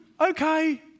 Okay